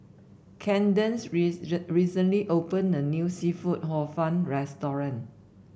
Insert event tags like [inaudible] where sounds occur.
Candace [unintelligible] recently opened a new seafood Hor Fun [unintelligible]